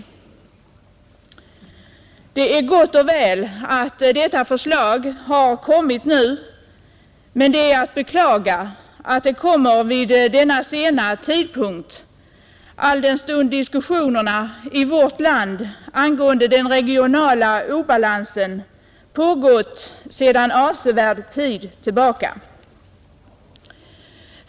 Det är gott och väl att detta förslag har kommit nu, men det är att beklaga att det kommer vid denna sena tidpunkt, alldenstund diskussionerna i vårt land angående den regionala obalansen pågått sedan avsevärd tid tillbaka.